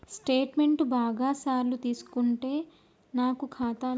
Statement బాగా సార్లు తీసుకుంటే నాకు ఖాతాలో పైసలు కట్ అవుతయా?